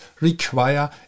require